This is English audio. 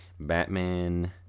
batman